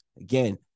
Again